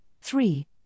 three